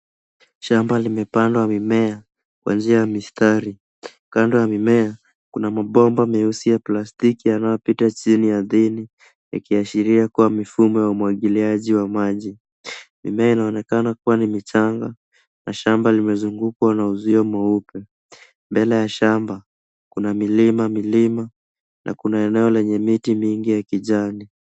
Shamba limepandwa mimea kwenye njia ya mistari, kando ya mimea kuna mabomba meusi ya plastiki yanayopita chini ardhini ikiashiria kua mifumo ya umwagiliaji wa maji. Mimea inaonekana kua ni michanga na shamba limezungukwa na uzio mweupe. Mbele ya shamba kuna milima milima na kuna eneo lenye miti mingi ya kijani.